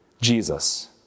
Jesus